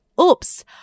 Oops